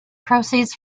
proceeds